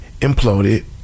imploded